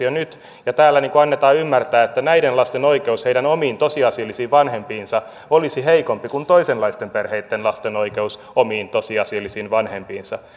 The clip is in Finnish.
jo nyt ja täällä annetaan ymmärtää että näiden lasten oikeus heidän omiin tosiasiallisiin vanhempiinsa olisi heikompi kuin toisenlaisten perheitten lasten oikeus omiin tosiasiallisiin vanhempiinsa